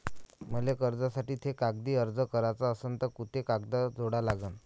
मले कर्जासाठी थे कागदी अर्ज कराचा असन तर कुंते कागद जोडा लागन?